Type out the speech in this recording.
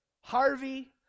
Harvey